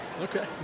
Okay